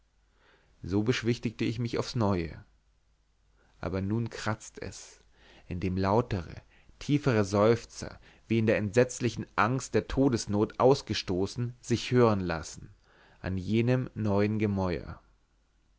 so beschwichtige ich mich aufs neue aber nun kratzt es indem lautere tiefere seufzer wie in der entsetzlichen angst der todesnot ausgestoßen sich hören lassen an jenem neuen gemäuer